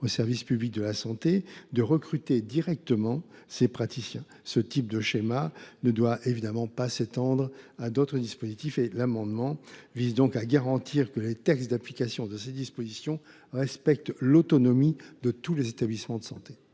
au service public de la santé, de recruter directement ces praticiens. Ce type de schéma ne doit évidemment pas s’étendre à d’autres dispositifs. Cet amendement vise donc à garantir que les textes d’application de ces dispositions respecteront l’autonomie de tous les établissements de santé.